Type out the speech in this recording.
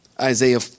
Isaiah